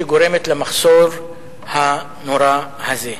שגורמת למחסור הנורא הזה.